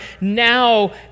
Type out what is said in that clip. now